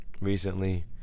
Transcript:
recently